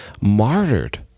martyred